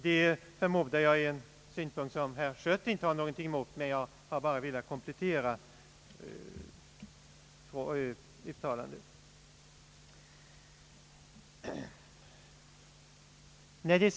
Jag förmodar att detta är en synpunkt som herr Schött inte har någonting emot, men jag har bara velat komplettera hans uttalande.